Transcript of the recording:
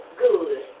good